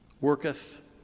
Worketh